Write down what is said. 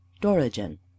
Dorigen